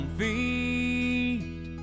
feet